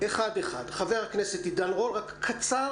חבר הכנסת עידן רול, רק קצר.